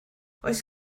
oes